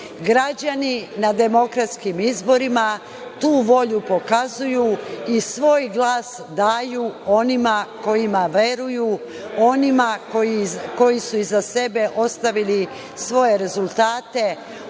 građani na demokratskim izborima, tu volju pokazuju i svoj glas daju onima kojima veruju, onima koji su iza sebe ostavili svoje rezultate,